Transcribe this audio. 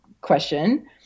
question